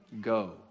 go